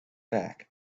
back